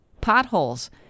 potholes